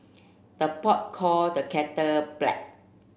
the pot call the kettle black